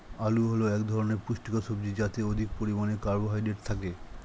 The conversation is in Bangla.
আলু হল এক ধরনের পুষ্টিকর সবজি যাতে অধিক পরিমাণে কার্বোহাইড্রেট থাকে